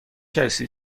کسی